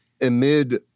amid